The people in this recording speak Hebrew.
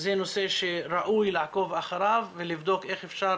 זה נושא שראוי לעקוב אחריו ולבדוק איך אפשר